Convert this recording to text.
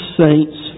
saints